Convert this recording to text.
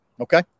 Okay